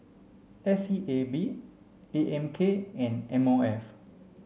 S E A B A M K and M O F